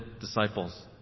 disciples